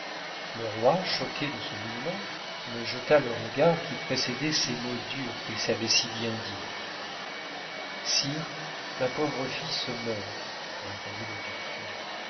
le roi choqué de ce mouvement me jeta le regard qui précédait ces mots durs qu'il savait si bien dire sire ma pauvre fille se meurt répondit le duc